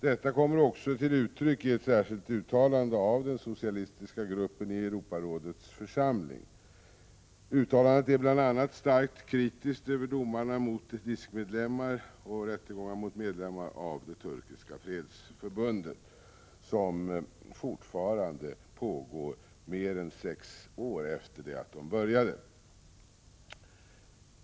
Detta kommer också till uttryck i ett särskilt uttalande av den socialistiska gruppen i Europarådets församling. Uttalandet är bl.a. starkt kritiskt över domarna mot DISK-medlemmar och rättegångarna mot medlemmar av det turkiska fredsförbundet, som fortfarande pågår, mer än sex år efter det att de började.